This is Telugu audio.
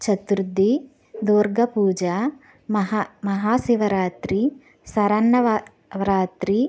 చతుర్థి దుర్గ పూజ మహా మహాశివరాత్రి సరన్న వరాత్రి